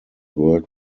world